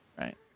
Right